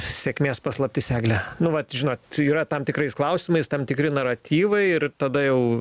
sėkmės paslaptis egle nu vat žinot yra tam tikrais klausimais tam tikri naratyvai ir tada jau